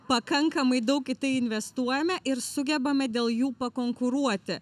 pakankamai daug į tai investuojame ir sugebame dėl jų pakonkuruoti